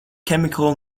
chemical